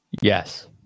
Yes